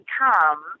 come